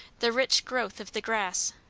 the rich growth of the grass,